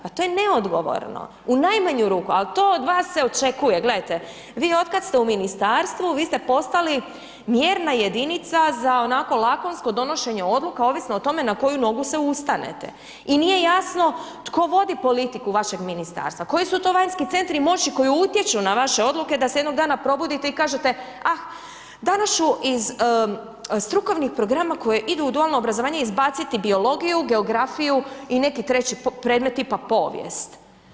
Pa to je neodgovorno u najmanju ruku, ali to od vas se očekuje, gledajte vi otkad ste u ministarstvu vi ste postali mjerna jedinica za onako lakonsko donošenje odluka ovisno o tome na koju nogu se ustanete i nije jasno tko vodi politiku vašeg ministarstva, koji su to vanjski centri moći koji utječu na vaše odluke, da se jednog dana probudite i kažete ah danas ću iz strukovnih programa koje idu u dualno obrazovanje izbaciti biologiju, geografiju i neki treći predmet tipa povijest.